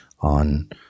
on